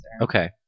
Okay